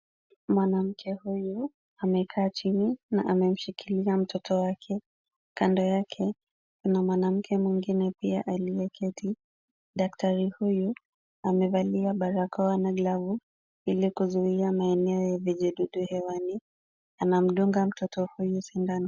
Mwanamke huyu amekaa chini na amemshikilia mtoto wake. Kando yake kuna mwanamke mwingine pia aliyeketi. Daktari huyu amevalia barakoa na glavu ili kuzuia maeneo ya vijidudu hewani. anamdunga mtoto huyu sindano.